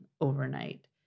overnight